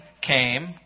came